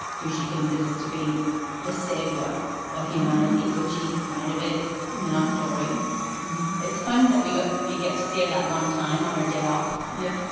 who she considers to be the saviour of humanity, which he kind of is. i mean, our story it's funny that we got you get to see her that one time on her day off. yeah.